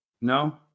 No